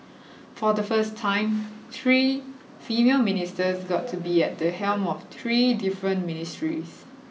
for the first time three female ministers got to be at the helm of three different ministries